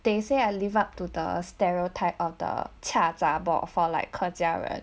they say I live up to the stereotype of the qia zha bor for like 客家人